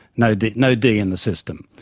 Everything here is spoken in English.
no d no d in the system.